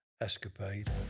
escapade